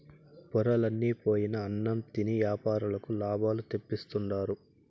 పొరలన్ని పోయిన అన్నం తిని యాపారులకు లాభాలు తెప్పిస్తుండారు